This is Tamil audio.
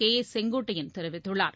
கே ஏ செங்கோட்டையன் தெரிவித்துள்ளார்